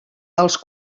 els